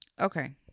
Okay